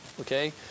okay